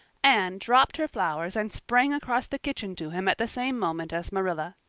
anne dropped her flowers and sprang across the kitchen to him at the same moment as marilla.